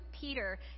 Peter